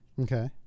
Okay